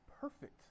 perfect